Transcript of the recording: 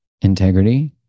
integrity